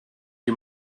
you